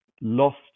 lost